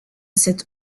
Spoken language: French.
cette